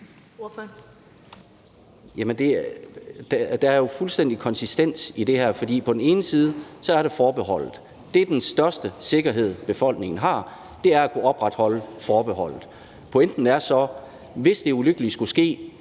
Der er jo fuldstændig konsistens i det her. Med hensyn til forbeholdet – den største sikkerhed, befolkningen har, er at kunne opretholde forbeholdet – er pointen, at hvis det ulykkelige skulle ske,